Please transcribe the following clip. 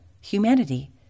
humanity